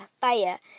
fire